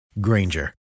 Granger